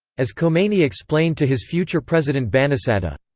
as khomeini explained to his future president banisadr,